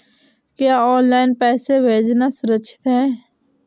क्या ऑनलाइन पैसे भेजना सुरक्षित है?